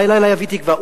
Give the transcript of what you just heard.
אולי הלילה יביא תקווה?